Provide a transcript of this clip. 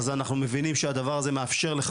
אז אנחנו מבינים שהדבר הזה מאפשר לך